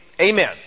Amen